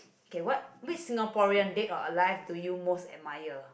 okay what which Singaporean dead or alive do you most admire